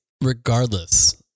regardless